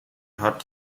hat